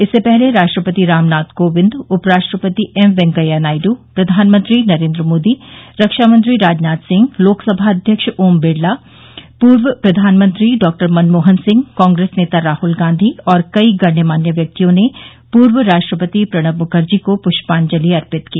इससे पहले राष्ट्रपति रामनाथ कोविंद उपराष्ट्रपति एम वेंकैया नायडू प्रधानमंत्री नरेन्द्र मोदी रक्षामंत्री राजनाथ सिंह लोकसभा अध्यक्ष ओम बिड़ला पूर्व प्रधानमंत्री डॉ मनमोहन सिंह कांग्रेस नेता राहुल गांधी और कई गणमान्य व्यक्तियों ने पूर्व राष्ट्रपति प्रणब मुखर्जी को प्रष्पांजलि अर्पित की